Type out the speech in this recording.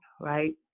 Right